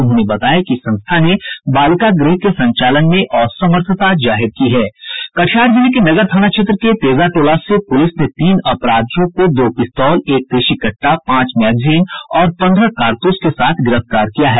उन्होंने बताया कि संस्था ने बालिका गृह के संचालन में असमर्थता जाहिर की है कटिहार जिले के नगर थाना क्षेत्र के तेजा टोला से पुलिस ने तीन अपराधियों को दो पिस्तौल एक देशी कट्टा पांच मैगजीन और पन्द्रह कारतूस के साथ गिरफ्तार किया है